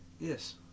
Yes